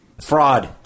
Fraud